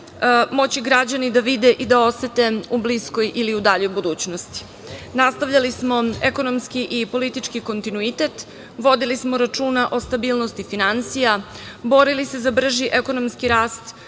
moći građani da vide i da osete u bliskoj ili u daljoj budućnosti, nastavljali smo ekonomski i politički kontinuitet, vodili smo računa o stabilnosti finansija, borili se za brži ekonomski rast,